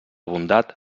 bondat